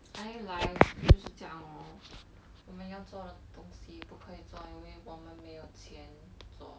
I think life 就是这样 loh 我们要做的东西不可以做因为我们没有钱做